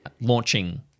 launching